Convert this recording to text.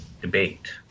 debate